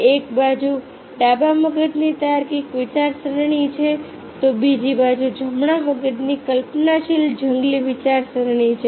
એક બાજુ ડાબા મગજની તાર્કિક વિચારસરણી છે તો બીજી બાજુ જમણા મગજની કલ્પનાશીલ જંગલી વિચારસરણી છે